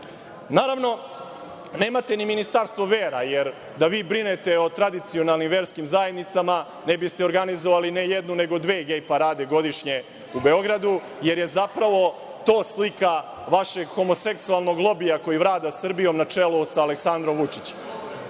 nemate ni ministarstvo vera, jer da vi brinete o tradicionalnim verskim zajednicama ne biste organizovali ne jednu, nego dve gej parade godišnje u Beogradu, jer je zapravo to slika vašeg homoseksualnog lobija koji vlada Srbijom na čelu sa Aleksandrom Vučićem. Ono